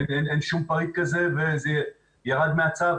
אין שום פריט כזה וזה ירד מהצו.